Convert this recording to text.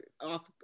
off